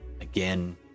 again